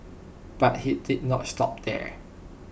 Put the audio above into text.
but he did not stop there